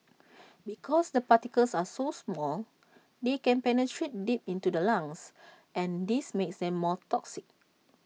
because the particles are so small they can penetrate deep into the lungs and this makes them more toxic